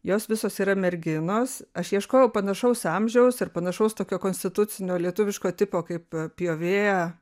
jos visos yra merginos aš ieškojau panašaus amžiaus ir panašaus tokio konstitucinio lietuviško tipo kaip pjovėja